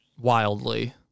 wildly